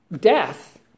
Death